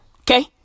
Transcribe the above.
okay